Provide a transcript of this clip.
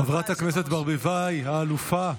חברת הכנסת ברביבאי, האלופה,